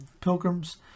pilgrims